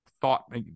thought